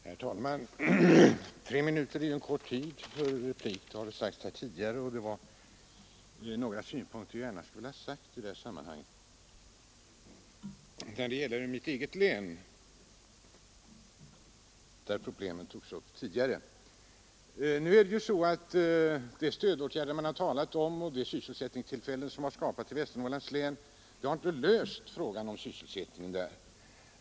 Herr talman! Tre minuter är en kort tid för replik — det har sagts här tidigare. Men jag vill gärna anföra några synpunkter när det gäller mitt eget län vars problem har diskuterats tidigare. De stödåtgärder man har talat om och de sysselsättningstillfällen som skapats i Västernorrlands län har inte löst frågan om sysselsättningen där.